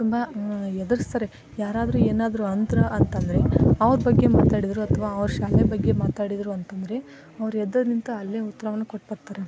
ತುಂಬ ಎದುರಿಸ್ತಾರೆ ಯಾರಾದ್ರೂ ಏನಾದ್ರೂ ಅಂದ್ರು ಅಂತಂದರೆ ಅವ್ರ ಬಗ್ಗೆ ಮಾತಾಡಿದರು ಅಥವಾ ಅವ್ರ ಶಾಲೆ ಬಗ್ಗೆ ಮಾತಾಡಿದರು ಅಂತಂದರೆ ಅವ್ರ ಎದುರು ನಿಂತು ಅಲ್ಲೇ ಉತ್ರವನ್ನು ಕೊಟ್ಟು ಬರ್ತಾರೆ